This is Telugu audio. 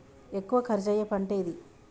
ఎక్కువ ఖర్చు అయ్యే పంటేది?